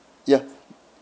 ya